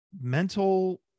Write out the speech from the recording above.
mental